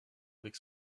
avec